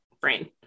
brain